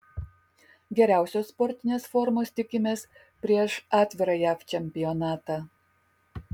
geriausios sportinės formos tikimės prieš atvirą jav čempionatą